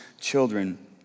children